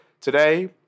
today